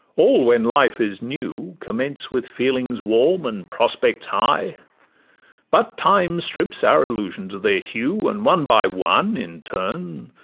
all, when life is new, commence with feelings warm, and prospects high but time strips our illusions of their hue, and one by one in turn,